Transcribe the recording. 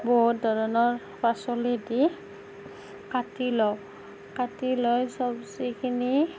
বহু ধৰণৰ পাচলি দি কাটি লওঁ কাটি লৈ চব্জিখিনি